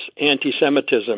anti-Semitism